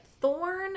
thorn